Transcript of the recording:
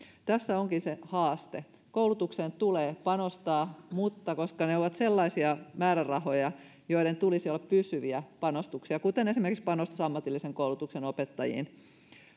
tässä onkin se haaste koulutukseen tulee panostaa mutta koska ne ovat sellaisia määrärahoja joiden tulisi olla pysyviä panostuksia kuten esimerkiksi panostus ammatillisen koulutuksen opettajiin